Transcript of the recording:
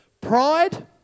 Pride